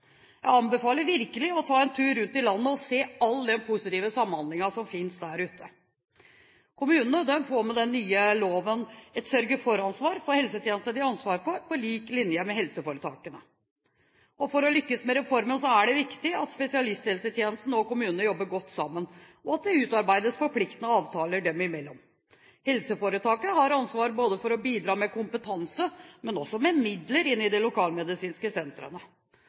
Jeg anbefaler virkelig å ta en tur rundt i landet og se all den positive samhandlingen som finnes der ute. Kommunene får med den nye loven et sørge-for-ansvar for helsetjenestene de har ansvar for, på lik linje med helseforetakene. For å lykkes med reformen er det viktig at spesialisthelsetjenesten og kommunene jobber godt sammen, og at det utarbeides forpliktende avtaler dem imellom. Helseforetakene har ansvar både for å bidra med kompetanse, men også med midler inn i de lokalmedisinske sentrene.